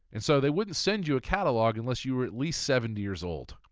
and so they wouldn't send you a catalogue unless you were at least seventy years old.